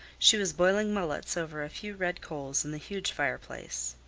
she was boiling mullets over a few red coals in the huge fireplace.